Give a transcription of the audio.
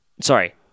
Sorry